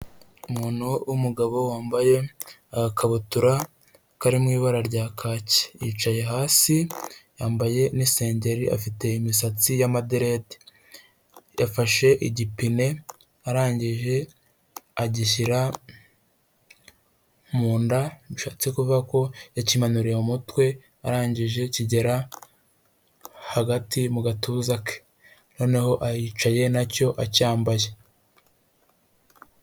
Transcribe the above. Umuntu w'umugabo wambaye agakabutura kari mu ibara rya kaki yicaye hasi yambaye n'isengeri afite imisatsi y'amaderede, yafashe igipine arangije agishyira mu nda bishake kuvuga ko yakimanuriye mumutwe arangije kigera hagati mu gatuza ke noneho aricaye na cyo acyambaye.